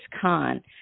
Khan